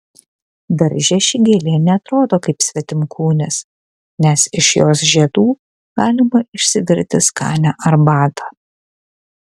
darže ši gėlė ne atrodo kaip svetimkūnis nes iš jos žiedų galima išsivirti skanią arbatą